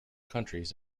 countries